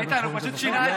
איתן, הוא פשוט שינה את דעתו.